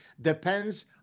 depends